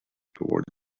toward